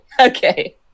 Okay